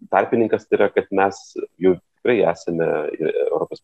tarpininkas tai yra kad mes jau tikrai esame europos